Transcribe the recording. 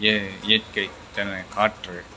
இய இயற்கை தர காற்று